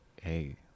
hey